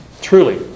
truly